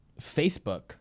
Facebook